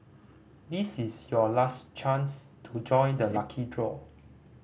this is your last chance to join the lucky draw